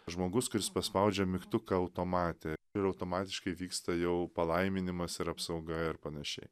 žmogus kuris paspaudžia mygtuką automate ir automatiškai vyksta jau palaiminimas ir apsauga ir panašiai